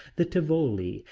the tivoli,